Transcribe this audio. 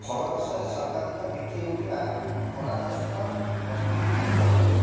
ଫଳରସରେ ସର୍ବାଧିକ ବିକ୍ରି ହେଉଥିବା ପରାମୃଷ୍ଟ ବସ୍ତୁଗୁଡ଼ିକ କ'ଣ